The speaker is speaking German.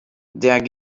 der